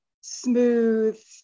smooth